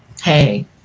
hey